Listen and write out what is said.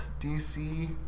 DC